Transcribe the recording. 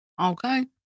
Okay